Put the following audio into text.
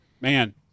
man